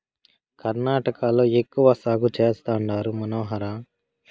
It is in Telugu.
కర్ణాటకలో ఎక్కువ సాగు చేస్తండారు మనోహర